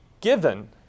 given